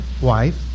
wife